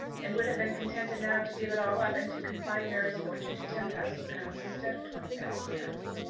and would have been contented now to give it all up, and to confine mary's fortune to ten thousand pounds instead of twenty thousand pounds,